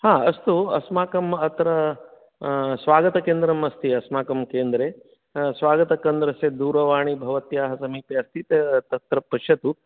हा अस्तु अस्माकं अत्र स्वगतकेन्द्रम् अस्ति अस्माकं केन्द्रे स्वगतकेन्द्रस्य दूरवाणी भवत्याः समीपे अस्ति तत्र पश्यतु